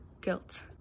guilt